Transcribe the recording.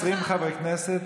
חבר הכנסת